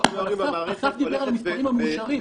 אסף דיבר על המספרים המאושרים,